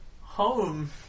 home